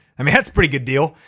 i mean, that's pretty good deal.